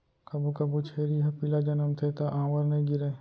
कभू कभू छेरी ह पिला जनमथे त आंवर नइ गिरय